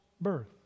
birth